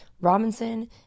Robinson